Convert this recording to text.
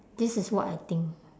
this is what I think